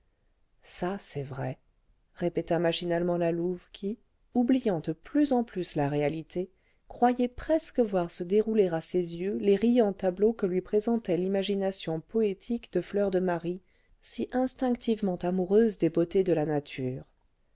ça c'est vrai répéta machinalement la louve qui oubliant de plus en plus la réalité croyait presque voir se dérouler à ses yeux les riants tableaux que lui présentait l'imagination poétique de fleur de marie si instinctivement amoureuse des beautés de la nature